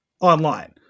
online